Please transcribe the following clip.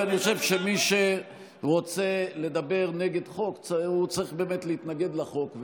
כי אני חושב שמי שרוצה לדבר נגד חוק צריך באמת להתנגד לחוק,